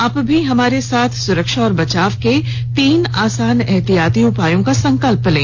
आप भी हमारे साथ सुरक्षा और बचाव के तीन आसान एहतियाती उपायों का संकल्प लें